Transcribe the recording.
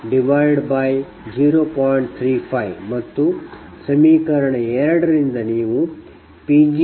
35ಮತ್ತು ಸಮೀಕರಣ 2 ರಿಂದ ನೀವುPg21